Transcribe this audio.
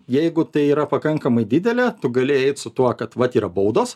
jeigu tai yra pakankamai didelė tu gali eit su tuo kad vat yra baudos